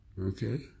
Okay